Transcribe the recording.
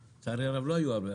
לצערי הרב לא היו הרבה,